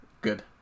Good